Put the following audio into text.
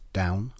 down